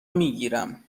میگیرم